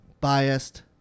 Biased